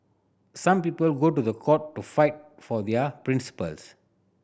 some people go to the court to fight for their principles